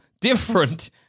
different